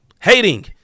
Hating